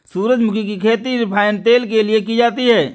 सूरजमुखी की खेती रिफाइन तेल के लिए की जाती है